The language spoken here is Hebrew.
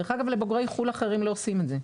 דרך אגב, לבוגרי חו"ל אחרים לא עושים את זה.